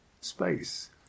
space